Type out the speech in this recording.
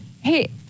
Hey